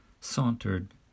sauntered